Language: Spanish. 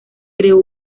creó